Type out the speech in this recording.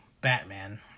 Batman